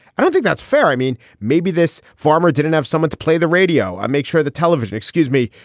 i don't think that's fair. i mean, maybe this farmer didn't have someone to play the radio. i make sure the television excuse me.